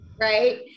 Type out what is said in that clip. Right